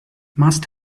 must